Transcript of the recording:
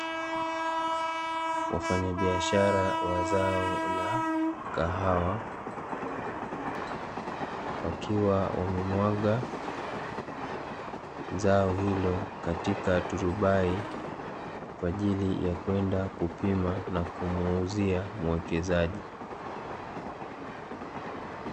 Wafanyabiashara wa zao la kahawa, wakiwa wamemwaga zao hilo katika turubai kwa ajili ya kwenda kupima na kumuuzia mwekezaji.